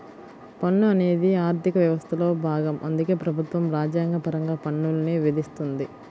పన్ను అనేది ఆర్థిక వ్యవస్థలో భాగం అందుకే ప్రభుత్వం రాజ్యాంగపరంగా పన్నుల్ని విధిస్తుంది